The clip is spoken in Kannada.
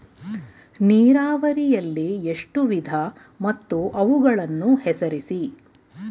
ನೀರಾವರಿಯಲ್ಲಿ ಎಷ್ಟು ವಿಧ ಮತ್ತು ಅವುಗಳನ್ನು ಹೆಸರಿಸಿ?